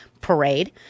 Parade